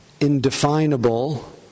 indefinable